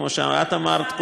כמו שאת אמרת,